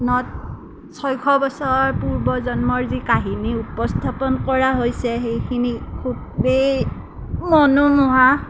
নত ছয়শ বছৰ পূৰ্বজন্মৰ যি কাহিনী উপস্থাপন কৰা হৈছে সেইখিনি খুবেই মনোমোহা